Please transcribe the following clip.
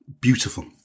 beautiful